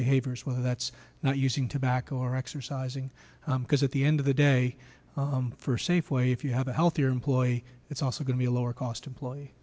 behaviors whether that's not using tobacco or exercising because at the end of the day for safeway if you have a healthier employee it's also going to be a lower cost employee